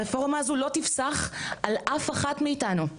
הרפורמה הזו לא תפסח על אף אחת מאיתנו.